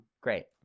Great